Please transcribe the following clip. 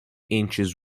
inches